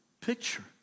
picture